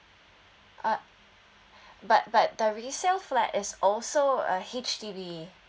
uh but but the resale flat is also a H_D_B